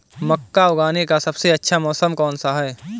मक्का उगाने का सबसे अच्छा मौसम कौनसा है?